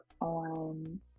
on